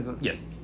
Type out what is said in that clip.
Yes